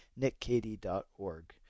nickkady.org